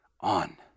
on